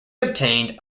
obtained